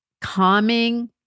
calming